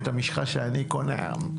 המשחה שאני קונה.